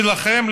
שלכם,